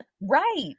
Right